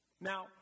Now